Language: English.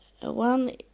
one